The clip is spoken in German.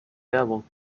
werbung